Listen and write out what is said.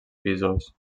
pisos